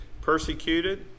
Persecuted